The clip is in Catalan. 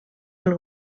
pel